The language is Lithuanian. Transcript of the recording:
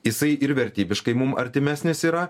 jisai ir vertybiškai mum artimesnis yra